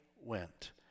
went